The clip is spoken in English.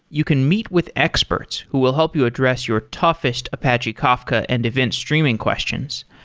you can meet with experts who will help you address your toughest apache kafka and event streaming questions,